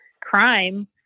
crime